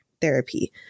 therapy